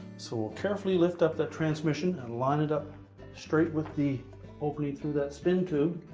so we'll carefully lift up that transmission and line it up straight with the opening through that spin tube.